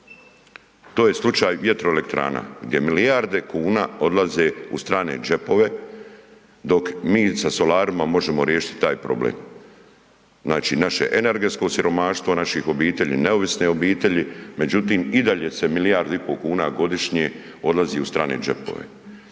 To je slučaj vjetroelektrana gdje milijarde kuna odlaze u strane džepove dok mi sa solarima možemo riješiti taj problem. Znači naše energetsko siromaštvo naših obitelji, neovisne obitelji. Međutim, i dalje se milijardu i po kuna godišnje odlazi u strane džepove.